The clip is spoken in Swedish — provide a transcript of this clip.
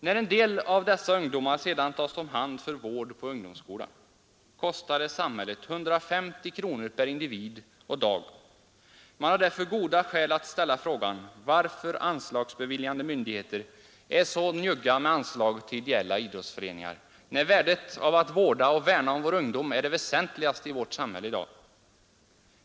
——— När en del av dessa ungdomar sedan tas om hand för vård på ungdomsvårdsskola, kostar det samhället 150 kronor per individ och dygn. Man har därför goda skäl att ställa frågan, varför anslagsbeviljande myndigheter är så njugga med anslaget till ideella idrottsföreningar, när värdet av att vårda och värna om vår ungdom är det väsentligaste i vårt samhälle i dag.